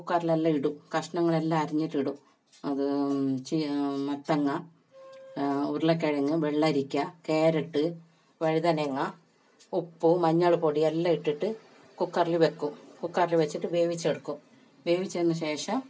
കുക്കറിൽ എല്ലാം ഇടും കഷ്ണങ്ങളെല്ലാം അരിഞ്ഞിട്ട് ഇടും അത് മത്തങ്ങ ഉരുളക്കിഴങ്ങ് വെള്ളരിക്ക ക്യാരറ്റ് വഴുതനങ്ങ ഉപ്പ് മഞ്ഞൾപ്പൊടി എല്ലാം ഇട്ടിട്ട് കുക്കറിൽ വയ്ക്കും കുക്കറിൽ വച്ചിട്ട് വേവിച്ചെടുക്കും വേവിച്ചതിന് ശേഷം